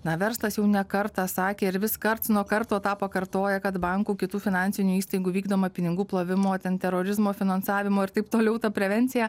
na verslas jau ne kartą sakė ir vis karts nuo karto tą pakartoja kad bankų kitų finansinių įstaigų vykdoma pinigų plovimo ten terorizmo finansavimo ir taip toliau ta prevencija